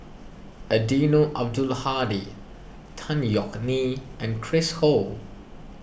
Eddino Abdul Hadi Tan Yeok Nee and Chris Ho